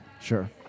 Sure